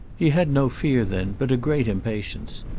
he had no fear, then, but a great impatience,